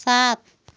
सात